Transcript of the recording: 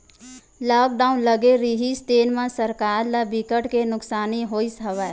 lockdown लगे रिहिस तेन म सरकार ल बिकट के नुकसानी होइस हवय